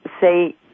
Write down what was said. say